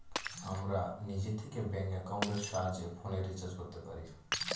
আমরা নিজে থেকে ব্যাঙ্ক একাউন্টের সাহায্যে ফোনের রিচার্জ করতে পারি